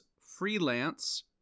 freelance